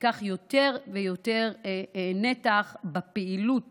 תיקח יותר ויותר נתח בפעילות